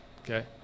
okay